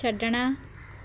ਛੱਡਣਾ